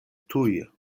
tuj